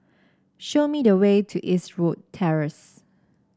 show me the way to Eastwood Terrace